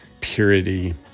purity